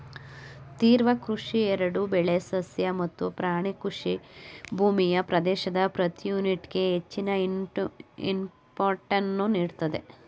ತೀವ್ರ ಕೃಷಿ ಎರಡೂ ಬೆಳೆ ಸಸ್ಯ ಮತ್ತು ಪ್ರಾಣಿ ಕೃಷಿ ಭೂಮಿಯ ಪ್ರದೇಶದ ಪ್ರತಿ ಯೂನಿಟ್ಗೆ ಹೆಚ್ಚಿನ ಇನ್ಪುಟನ್ನು ನೀಡ್ತದೆ